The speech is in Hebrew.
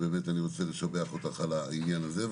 אני רוצה לשבח אותך על העניין הזה.